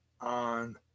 on